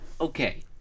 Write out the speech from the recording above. Okay